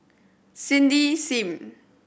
Cindy Sim